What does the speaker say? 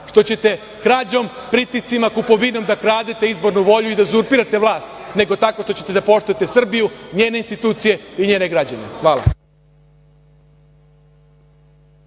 što ćete krađom, pritiscima, kupovinom da kradete izbornu volju i da uzurpirate vlast, nego tako što ćete da poštujete Srbiju, njene institucije i njene građane. Hvala.